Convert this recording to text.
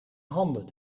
handen